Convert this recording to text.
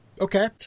Okay